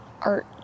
art